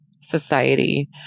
society